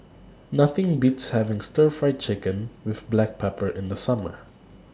Nothing Beats having Stir Fried Chicken with Black Pepper in The Summer